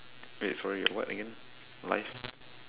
wait sorry what again life